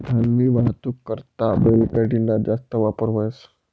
धान्यनी वाहतूक करता बैलगाडी ना जास्त वापर व्हस